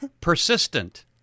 Persistent